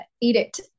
edict